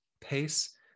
pace